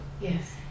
Yes